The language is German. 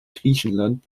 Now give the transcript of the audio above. griechenland